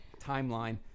timeline